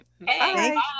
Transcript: Bye